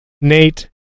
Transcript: Nate